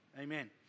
Amen